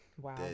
wow